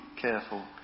careful